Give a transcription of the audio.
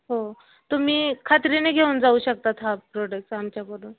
हो तुम्ही खात्रीने घेऊन जाऊ शकतात हा प्रोडक्टस आमच्याकडून